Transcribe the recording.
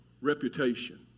reputation